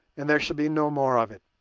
and there shall be no more of it.